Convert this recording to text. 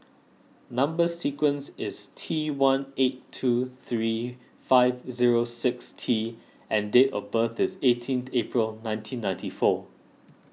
Number Sequence is T one eight two three five zero six T and date of birth is eighteenth April nineteen ninety four